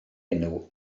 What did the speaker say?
enw